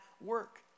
work